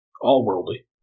all-worldly